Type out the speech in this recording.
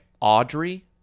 Audrey